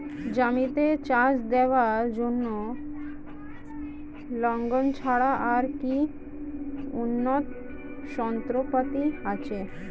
জমিতে চাষ দেওয়ার জন্য লাঙ্গল ছাড়া আর কি উন্নত যন্ত্রপাতি আছে?